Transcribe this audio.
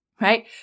right